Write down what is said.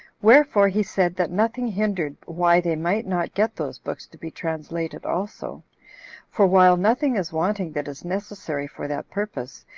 wherefore he said that nothing hindered why they might not get those books to be translated also for while nothing is wanting that is necessary for that purpose,